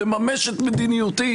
לממש את מדיניותי,